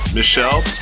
Michelle